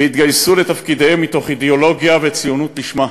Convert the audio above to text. והתגייסו לתפקידיהם מתוך אידיאולוגיה וציונות לשמה,